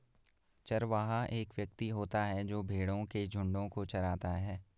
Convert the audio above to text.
चरवाहा वह व्यक्ति होता है जो भेड़ों के झुंडों को चराता है